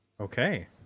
okay